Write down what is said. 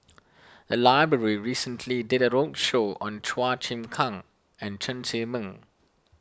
the library recently did a roadshow on Chua Chim Kang and Chen Zhiming